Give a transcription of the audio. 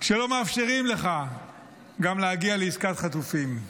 שלא מאפשרים לך גם להגיע לעסקת חטופים.